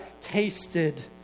tasted